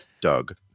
Doug